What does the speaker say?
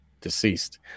deceased